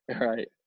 Right